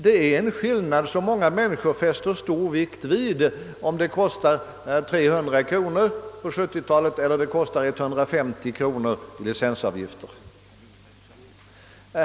Det är många människor som fäster stor vikt vid om det på 1970-talet kommer att kosta 300 kronor eller 150 kronor i licensavgift.